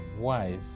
wife